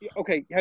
okay